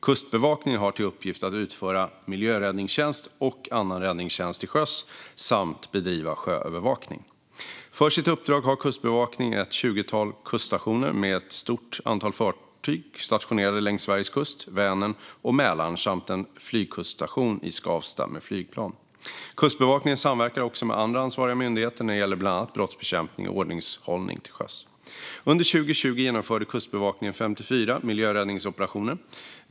Kustbevakningen har till uppgift att utföra miljöräddningstjänst och annan räddningstjänst till sjöss samt bedriva sjöövervakning. För sitt uppdrag har Kustbevakningen ett tjugotal kuststationer med ett stort antal fartyg stationerade längs Sveriges kust, Vänern och Mälaren samt en flygkuststation med flygplan i Skavsta. Kustbevakningen samverkar också med andra ansvariga myndigheter när det gäller bland annat brottsbekämpning och ordningshållning till sjöss. Under 2020 genomförde Kustbevakningen 54 miljöräddningsoperationer.